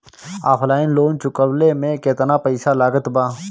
Online loan चुकवले मे केतना पईसा लागत बा?